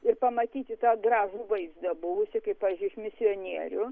ir pamatyti tą gražų vaizdą buvusį kaip pavyzdžiui iš misionierių